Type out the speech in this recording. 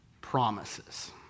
promises